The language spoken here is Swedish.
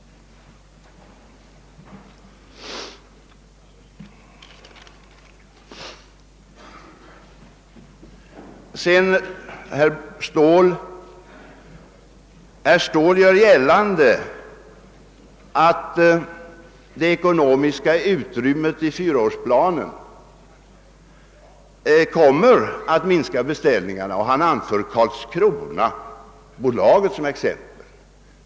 Herr Ståhl gjorde gällande att det ekonomiska utrymmet i fyraårsplanen kommer att minska beställningarna, och han anförde Karlskronavarvet AB som exempel.